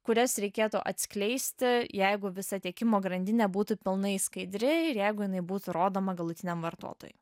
kurias reikėtų atskleisti jeigu visa tiekimo grandinė būtų pilnai skaidri ir jeigu jinai būtų rodoma galutiniam vartotojui